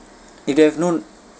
if you have no